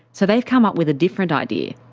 so they've come up with a different idea.